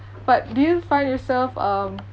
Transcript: but do you find yourself um